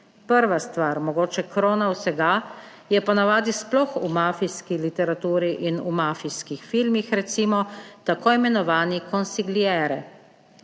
Prva stvar, mogoče krona vsega, je po navadi, sploh v mafijski literaturi in v mafijskih filmih recimo, t. i. consigliere,